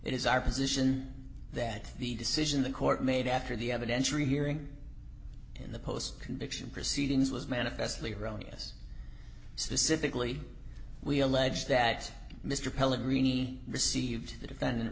is our position that the decision the court made after the evidence rehearing in the post conviction proceedings was manifestly erroneous specifically we allege that mr pellegrini received the defendant